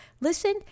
Listen